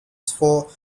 for